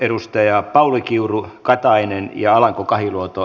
edustajat pauli kiuru katainen ja alanko kahiluoto